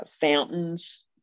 fountains